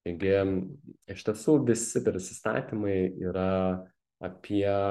taigi iš tiesų visi prisistatymai yra apie